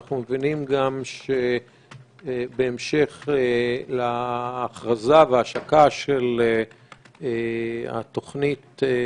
אנחנו מבינים גם שבהמשך להכרזה ולהשקה של התוכנית של